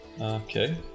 Okay